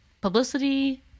publicity